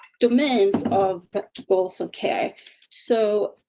domains of goals. okay. so.